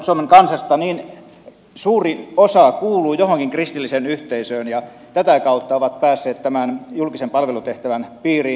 suomen kansasta suuri osa kuuluu johonkin kristilliseen yhteisöön ja tätä kautta he ovat päässeet tämän julkisen palvelutehtävän piiriin